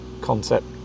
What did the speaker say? concept